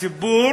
הציבור,